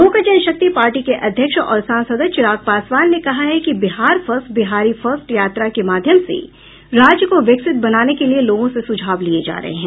लोक जनशक्ति पार्टी के अध्यक्ष और सांसद चिराग पासवान ने कहा है कि बिहार फर्स्ट बिहारी फर्स्ट यात्रा के माध्यम से राज्य को विकसित बनाने के लिये लोगों से सुझाव लिये जा रहे हैं